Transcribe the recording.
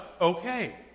okay